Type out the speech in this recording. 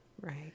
Right